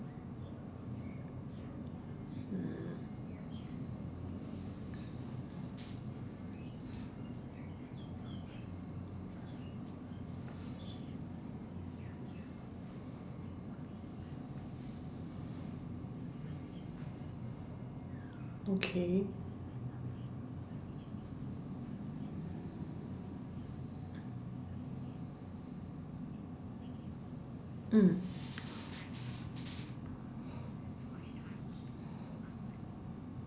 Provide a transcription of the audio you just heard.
okay mm